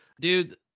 dude